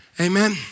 amen